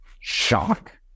shock